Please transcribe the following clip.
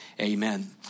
Amen